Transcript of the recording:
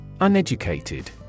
Uneducated